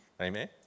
Amen